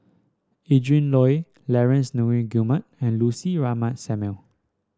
Adrin Loi Laurence Nunns Guillemard and Lucy Ratnammah Samuel